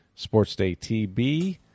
sportsdaytb